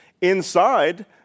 inside